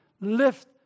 Lift